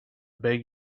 beg